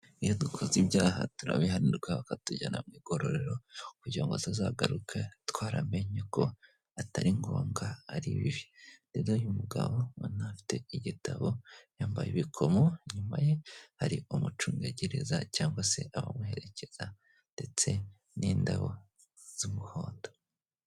Iyo dukoze ibyaha turabihanirwa, bakatujyana mu igororero, kugira ngo tuzagaruke twaramenye ko atari ngombwa, ari bibi, rero uyu mugabo mubona afite igitabo, yambaye ibikomo, inyuma ye hari umucungagereza cyangwa se abamuherekeza, ndetse n'indabo z'umuhondo,